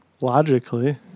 Logically